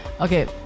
Okay